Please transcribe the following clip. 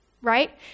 right